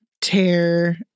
tear